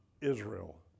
Israel